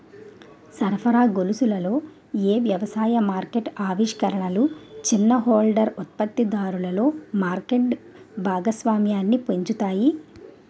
సరఫరా గొలుసులలో ఏ వ్యవసాయ మార్కెట్ ఆవిష్కరణలు చిన్న హోల్డర్ ఉత్పత్తిదారులలో మార్కెట్ భాగస్వామ్యాన్ని పెంచుతాయి?